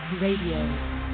Radio